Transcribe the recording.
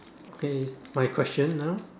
okay is my question now